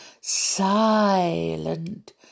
silent